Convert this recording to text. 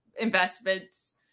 investments